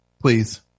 Please